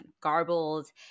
garbled